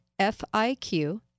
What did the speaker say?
FIQ